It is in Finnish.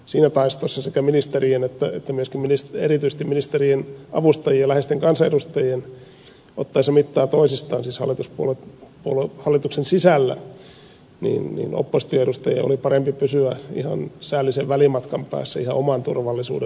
siinä taistossa sekä ministerien että erityisesti ministerien avustajien ja läheisten kansanedustajien ottaessa mittaa toisistaan siis hallituksen sisällä opposition edustajien oli parempi pysyä ihan säällisen välimatkan päässä ihan oman turvallisuuden vuoksi